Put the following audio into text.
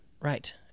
Right